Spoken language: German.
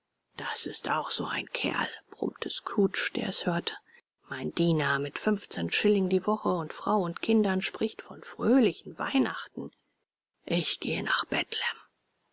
das ist auch so ein kerl brummte scrooge der es hörte mein diener mit fünfzehn schilling die woche und frau und kindern spricht von fröhlichen weihnachten ich gehe nach